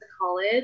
college